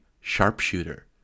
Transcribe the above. sharpshooter